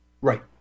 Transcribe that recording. Right